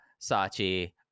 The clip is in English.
Sachi